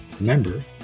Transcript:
remember